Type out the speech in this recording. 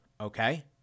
Okay